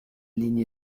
ligne